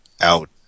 out